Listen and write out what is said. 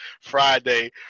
Friday